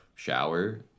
shower